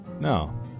No